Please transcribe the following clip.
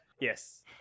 Yes